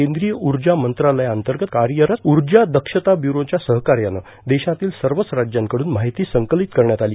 केंद्रीय ऊर्जा मंत्रालयाअंतर्गत कार्यरत ऊर्जा दक्षता ब्युरोच्या सहकार्यानं देशातील सर्वच राज्यांकडून माहिती संकलित करण्यात आली